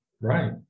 right